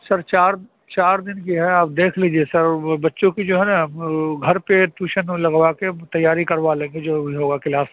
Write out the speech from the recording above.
سر چار چار دِن کی ہے آپ دیکھ لیجیے سر بچوں کی جو ہے نا گھر پہ ٹیوشن لگوا کے تیاری کروا لیں گے جو بھی ہوگا کلاس